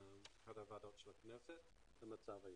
הוועדות של הכנסת, למצב היום.